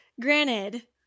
granted